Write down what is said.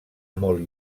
molt